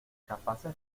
capaces